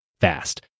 fast